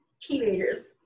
teenagers